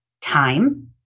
time